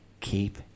keep